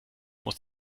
muss